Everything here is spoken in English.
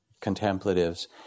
contemplatives